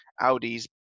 audi's